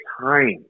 time